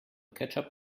ketchup